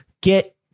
Get